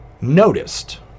noticed